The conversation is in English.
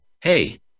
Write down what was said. hey